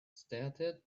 stated